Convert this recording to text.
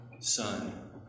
Son